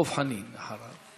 דב חנין אחריו.